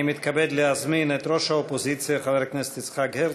אני מתכבד להזמין את ראש האופוזיציה חבר הכנסת יצחק הרצוג.